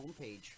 homepage